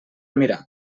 mirar